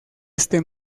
este